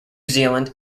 zealand